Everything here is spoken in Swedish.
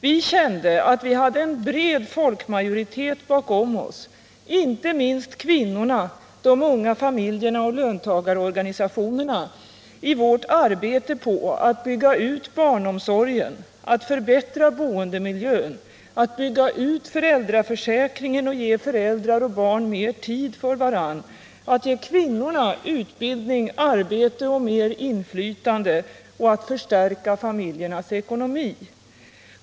Vi kände att vi hade en bred folkmajoritet bakom oss, inte minst bland kvinnorna, de unga familjerna och löntagarorganisationerna, i vårt arbete på att bygga ut barnomsorgen, att förbättra boendemiljön, att bygga ut föräldraförsäkringen och ge föräldrar och barn mer tid för varandra, att ge kvinnorna utbildning, arbete och mer inflytande och att förstärka familjernas ekonomi.